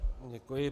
Děkuji.